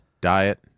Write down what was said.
diet